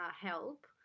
help